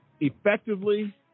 effectively